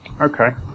Okay